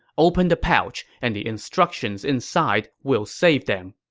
open the pouch, and the instructions inside will save them.